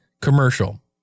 commercial